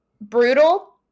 Brutal